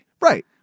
Right